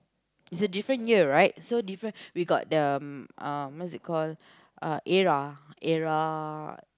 is a different year right so different we got the um what's it call uh era era